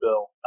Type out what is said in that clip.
Bill